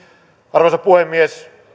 arvoisa puhemies